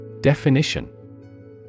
Definition